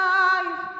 life